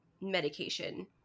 medication